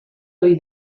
ohi